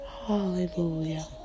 Hallelujah